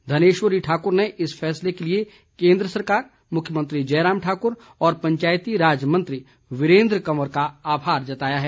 धनेश्वरी ठाकुर ने इस फैसले के लिए केन्द्र सरकार मुख्यमंत्री जयराम ठाकुर और पंचायती राज मंत्री वीरेन्द्र कंवर का आभार जताया है